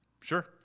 sure